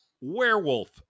werewolf